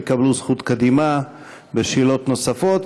הם יקבלו זכות קדימה לשאלות נוספות.